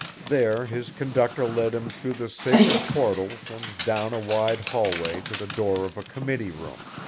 there his conductor led him through the sacred portals and down a wide hallway to the door of a committee room.